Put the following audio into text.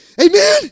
Amen